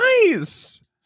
nice